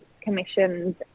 commissioned